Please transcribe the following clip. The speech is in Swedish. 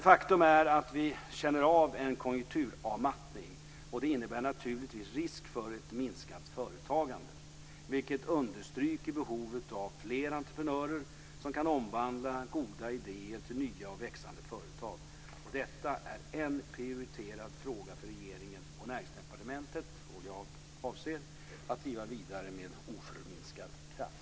Faktum är dock att vi känner av en konjunkturavmattning, och det innebär naturligtvis risk för ett minskat företagande vilket understryker behovet av fler entreprenörer som kan omvandla goda idéer till nya och växande företag. Detta är en prioriterad fråga för regeringen och Näringsdepartementet som jag avser att driva vidare med oförminskad kraft.